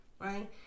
right